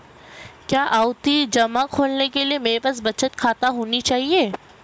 क्या आवर्ती जमा खोलने के लिए मेरे पास बचत खाता होना चाहिए?